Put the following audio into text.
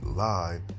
live